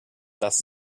das